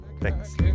Thanks